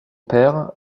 père